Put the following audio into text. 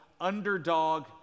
Underdog